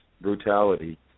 brutality